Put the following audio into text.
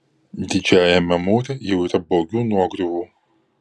didžiajame mūre jau yra baugių nuogriuvų